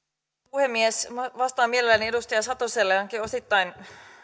puhemies vastaan mielelläni edustaja satoselle ainakin osittain